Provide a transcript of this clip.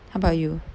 how about you